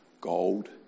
Gold